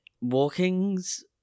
walking's